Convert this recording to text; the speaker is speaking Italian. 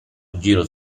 giro